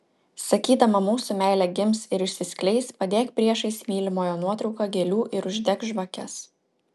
sakydama mūsų meilė gims ir išsiskleis padėk priešais mylimojo nuotrauką gėlių ir uždek žvakes